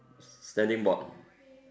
standing board